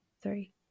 three